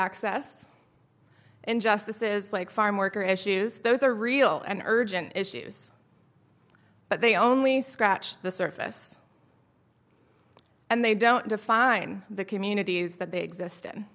access injustices like farm worker issues those are real and urgent issues but they only scratched the surface and they don't define the communities that they exist